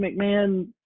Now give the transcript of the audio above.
McMahon